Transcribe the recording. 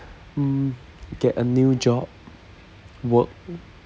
um get a new job work